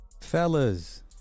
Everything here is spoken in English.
fellas